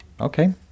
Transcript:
okay